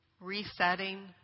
resetting